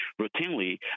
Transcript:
routinely